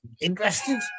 interested